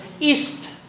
East